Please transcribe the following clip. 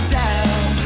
down